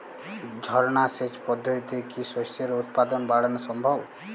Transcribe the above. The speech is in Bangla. ঝর্না সেচ পদ্ধতিতে কি শস্যের উৎপাদন বাড়ানো সম্ভব?